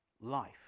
life